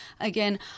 again